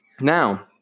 Now